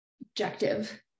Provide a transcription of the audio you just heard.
objective